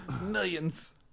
Millions